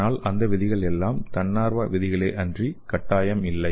ஆனால் அந்த விதிகள் எல்லாம் தன்னார்வ விதிகளே அன்றி கட்டாயம் இல்லை